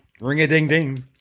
Ring-a-ding-ding